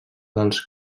dels